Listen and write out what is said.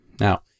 Now